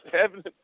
heaven